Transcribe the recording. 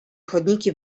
chodniki